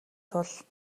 тул